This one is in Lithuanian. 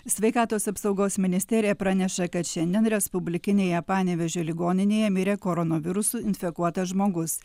sveikatos apsaugos ministerija praneša kad šiandien respublikinėje panevėžio ligoninėje mirė koronavirusu infekuotas žmogus